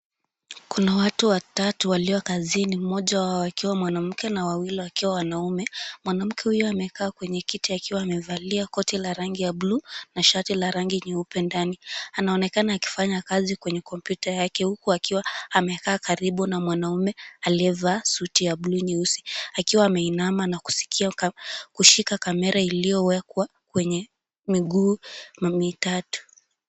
Kuna watu watatu walio kazini mmoja wao akiwa mwanamke na wawili wakiwa wanaume. Mwanamke huyu amekaa kwenye kiti akiwa amevalia koti la rangi ya bluu na shati la rangi nyeupe ndani. Anaonekana akifanya kazi kwenye kompyuta yake huku akiwa amekaa karibu na mwanaume aliyevaa suti ya bluu nyeusi akiwa ameinama na kushika kamera iliyowekwa kwenye miguu mitatu.